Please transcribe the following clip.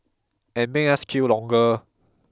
and make us queue longer